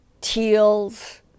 teals